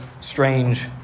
strange